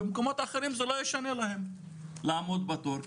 במקומות אחרים זה לא ישנה שלהם לעמוד בתור,